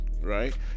Right